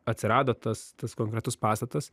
atsirado tas tas konkretus pastatas